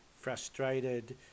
frustrated